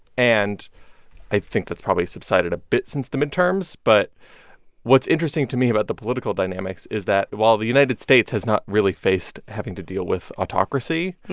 and i think that's probably subsided a bit since the midterms. but what's interesting to me about the political dynamics is that while the united states has not really faced having to deal with autocracy,